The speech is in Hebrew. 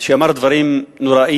שאמר דברים נוראיים